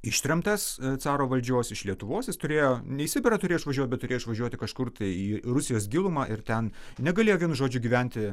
ištremtas caro valdžios iš lietuvos jis turėjo ne į sibirą turėjo išvažiuot bet turėjo išvažiuoti kažkur tai į rusijos gilumą ir ten negalėjo vienu žodžiu gyventi